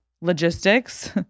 logistics